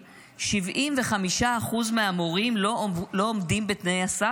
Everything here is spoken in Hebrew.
75% מהמורים לא עומדים בתנאי הסף?